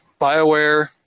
Bioware